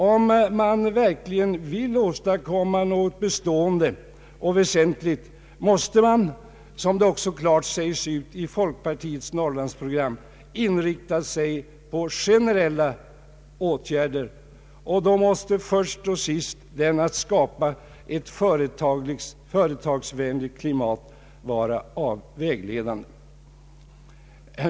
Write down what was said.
Om man verkligen vill åstadkomma något bestående och väsentligt, måste man — som det också klart sägs ut i folkpartiets Norrlandsprogram — inrikta sig på generella åtgärder. Då måste först och sist den att skapa ett företagsvänligt klimat vara vägledande.